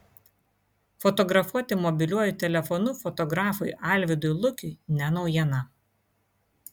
fotografuoti mobiliuoju telefonu fotografui alvydui lukiui ne naujiena